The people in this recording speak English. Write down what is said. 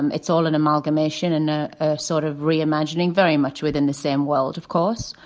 and it's all an amalgamation in a sort of reimagining very much within the same world, of course.